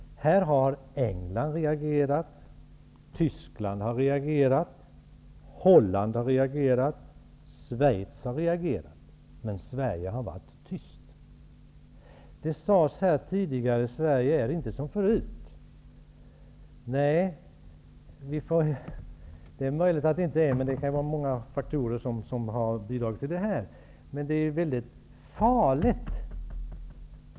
England, Tyskland, Holland och Schweiz har reagerat, men Sverige har varit tyst. Det sades här tidigare att Sverige inte är som förut. Det är möjligt, och det kan finnas många faktorer som har bidragit till det här. Men det är mycket farligt.